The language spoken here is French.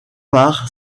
par